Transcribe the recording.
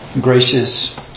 gracious